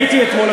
הייתי אתמול,